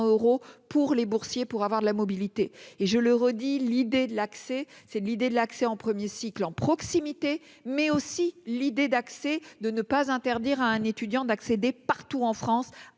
pour les boursiers pour avoir de la mobilité et je le redis, l'idée de l'accès, c'est l'idée de l'accès en 1er cycle en proximité mais aussi l'idée d'accès, de ne pas interdire à un étudiant d'accéder partout en France, à